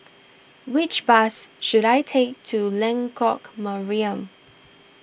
which bus should I take to Lengkok Mariam